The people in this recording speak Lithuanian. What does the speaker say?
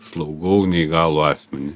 slaugau neįgalų asmenį